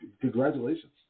Congratulations